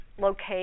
locate